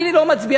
אני לא מצביע.